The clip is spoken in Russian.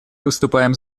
выступаем